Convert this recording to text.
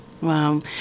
wow